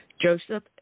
Joseph